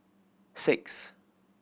six